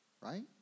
Right